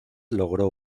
logró